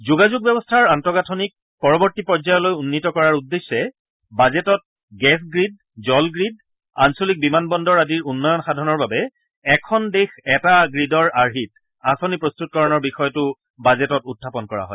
যোগাযোগ ব্যৱস্থাৰ আন্তঃগাঁথনিক পৰৱৰ্তী পৰ্যায়লৈ উন্নীত কৰাৰ উদ্দেশ্যে বাজেটত গেছ গ্ৰীড জল গ্ৰীড আঞ্চলিক বিমান বন্দৰ আদিৰ উন্নয়ন সাধনৰ বাবে এখন দেশ এটা গ্ৰীডৰ আৰ্হিত আঁচনি প্ৰস্ততকৰণৰ বিষয়টো বাজেটত উখাপন কৰা হয়